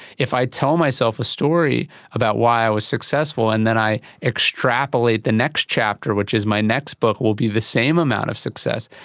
if i tell myself a story about why i was successful and then i extrapolate the next chapter which is my next book will be the same amount of success,